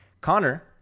Connor